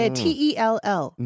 tell